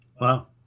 Wow